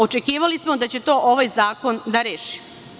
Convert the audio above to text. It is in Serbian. Očekivali smo da će to ovaj zakon da reši.